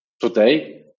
today